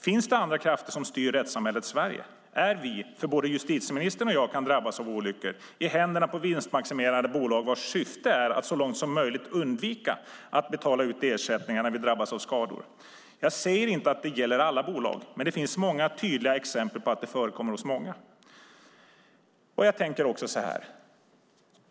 Finns det andra krafter som styr rättssamhället Sverige? Är vi, för både justitieministern och jag kan drabbas av olyckor, i händerna på vinstmaximerande bolag vars syfte är att så långt som möjligt undvika att betala ut ersättningar när vi drabbats av skador? Jag säger inte att det gäller alla bolag, men det finns väldigt tydliga exempel på att det förekommer hos många.